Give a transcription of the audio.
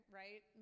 right